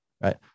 right